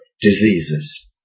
diseases